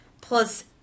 plus